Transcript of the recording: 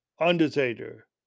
Undertaker